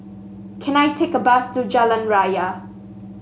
can I take a bus to Jalan Raya